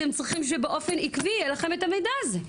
אתם צריכים שבאופן עקבי יהיה לכם את המידע הזה.